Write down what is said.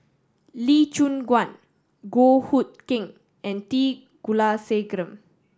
Lee Choon Guan Goh Hood Keng and T Kulasekaram